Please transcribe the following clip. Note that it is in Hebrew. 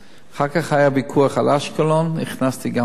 אחר כך היה ויכוח על אשקלון, הכנסתי גם את אשקלון.